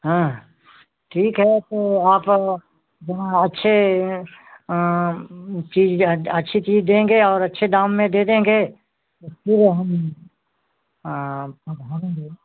हाँ ठीक है तो आप जरा अच्छे चीज जा त अच्छी चीज देंगे और अच्छे दाम में दे देंगे तो फिर हम पधारेंगे